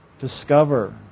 discover